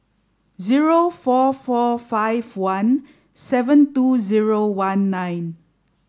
zero four four five one seven two zero one nine